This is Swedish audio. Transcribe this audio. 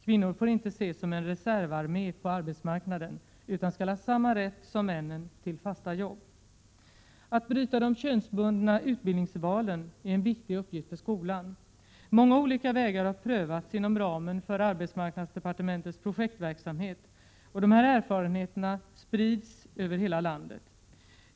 Kvinnor får inte ses som en reservarmé på arbetsmarknaden, utan skall ha samma rätt som männen till fasta jobb. Att bryta de könsbundna utbildningsvalen är en viktig uppgift för skolan. Många olika vägar har prövats inom ramen för arbetsmarknadsdepartementets projektverksamhet, och de här erfarenheterna sprids över landet.